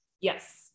Yes